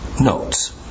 notes